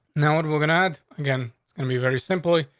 now what we're gonna add again, it's gonna be very simply,